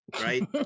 right